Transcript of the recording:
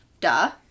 duh